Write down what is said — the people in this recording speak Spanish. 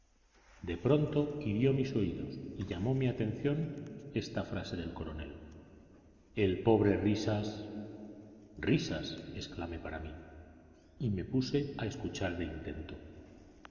de pronto hirió mis oídos y llamó mi atención esta frase del coronel el pobre risas risas exclamé para mí y me puse a escuchar de intento